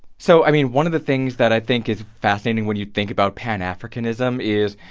so, i mean, one of the things that i think is fascinating when you think about pan-africanism is,